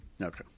okay